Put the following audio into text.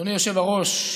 אדוני היושב-ראש,